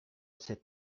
cette